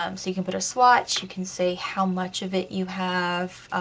um so you can put a swatch, you can say how much of it you have,